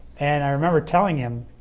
and i remember telling him.